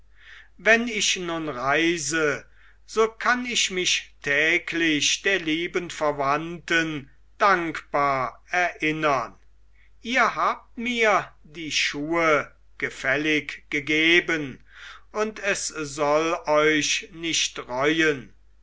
wenn ich nun reise so kann ich mich täglich der lieben verwandten dankbar erinnern ihr habt mir die schuhe gefällig gegeben und es soll euch nicht reuen